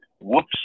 Whoops